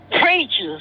preachers